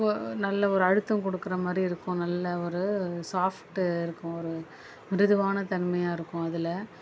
இப்போது நல்ல ஒரு அழுத்தம் கொடுக்குற மாதிரி இருக்கும் நல்ல ஒரு சாஃப்ட்டு இருக்கும் ஒரு மிருதுவான தன்மையாக இருக்கும் அதில்